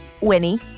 Winnie